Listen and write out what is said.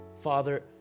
Father